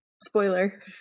Spoiler